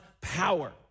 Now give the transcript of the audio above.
power